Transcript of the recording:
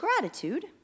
gratitude